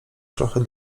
trochę